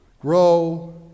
grow